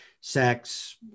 sex